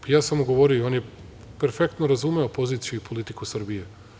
Ja sam mu govorio i on je perfektno razumeo poziciju i politiku Srbije.